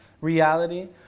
reality